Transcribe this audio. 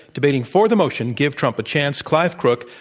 debating for the motion, give trump a chance, clive crook,